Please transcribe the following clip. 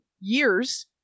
years